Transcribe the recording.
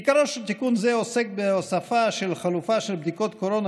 עיקרו של תיקון זה עוסק בהוספה של חלופה של בדיקות קורונה,